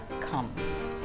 comes